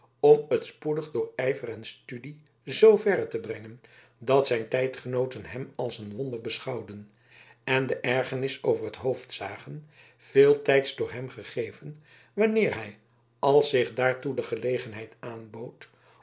om het spoedig door ijver en studie zooverre te brengen dat zijn tijdgenooten hem als een wonder beschouwden en de ergernis over t hoofd zagen veeltijds door hem gegeven wanneer hij als zich daartoe de gelegenheid aanbood